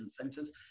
centers